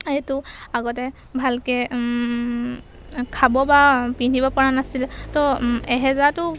এইটো আগতে ভালকৈ খাব বা পিন্ধিব পৰা নাছিল তো এহেজাৰটো